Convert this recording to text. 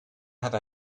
have